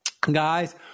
guys